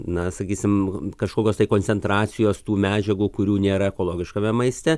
na sakysim kažkokios koncentracijos tų medžiagų kurių nėra ekologiškame maiste